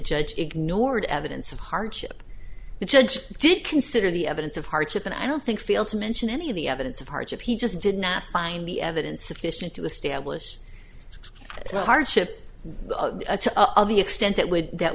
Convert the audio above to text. judge ignored evidence of hardship the judge did consider the evidence of hardship and i don't think fail to mention any of the evidence of hardship he just did not find the evidence sufficient to establish its hardship to the extent that would that